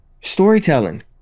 Storytelling